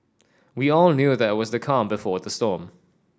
we all knew that it was the calm before the storm